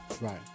Right